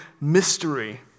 mystery